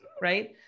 right